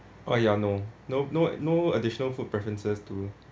ah ya no no no no additional food preferences too